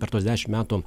per tuos dešim metų